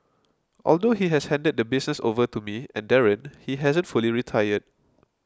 although he has handed the business over to me and Darren he hasn't fully retired